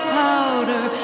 powder